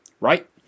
right